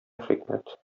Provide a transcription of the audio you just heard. хикмәт